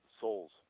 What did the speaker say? souls